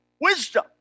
wisdom